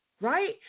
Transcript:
right